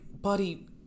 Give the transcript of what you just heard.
buddy